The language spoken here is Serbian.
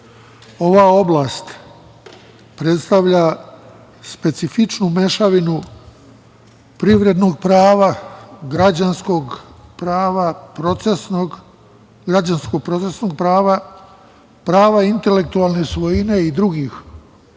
Ova oblast predstavlja specifičnu mešavinu privrednog prava, građanskog prava, građansko-procesnog prava, prava intelektualne svojine i drugih